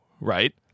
right